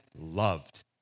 loved